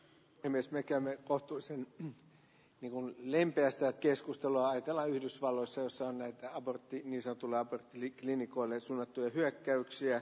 myös väkemme vuotuisen rehun lempeästä keskustelua etelä yhdysvalloissa jossa on että aborttiin isä tulla tiliklinikoille suunnattuja hyökkäyksiä